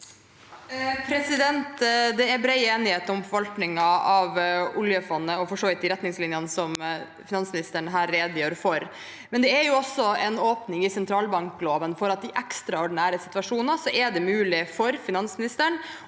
Det er bred enighet om forvaltningen av oljefondet og for så vidt også de retningslinjene som finansministeren her redegjør for. Men det er en åpning i sentralbankloven for at det i ekstraordinære situasjoner er mulig for finansministeren